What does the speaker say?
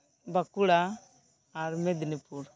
ᱵᱟᱸᱠᱩᱲᱟ ᱟᱨ ᱢᱮᱫᱽᱱᱤ ᱯᱩᱨ